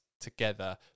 together